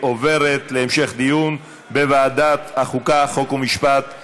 התשע"ו 2016, לוועדת החוקה, חוק ומשפט נתקבלה.